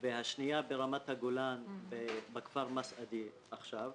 והשנייה ברמת הגולן בכפר מסעדה עכשיו.